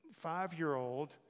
five-year-old